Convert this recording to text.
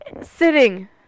sitting